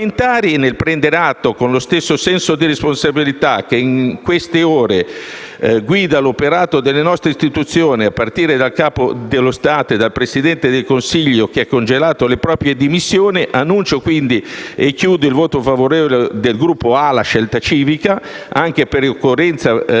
nel prenderne atto, con lo stesso senso di responsabilità che in queste ore guida l'operato delle nostre istituzioni, a partire dal Capo dello Stato e dal Presidente del Consiglio che ha congelato le proprie dimissioni, annuncio il voto favorevole del Gruppo ALA-Scelta Civica per la Costituente Liberale